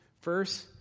First